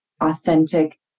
authentic